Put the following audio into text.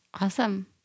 Awesome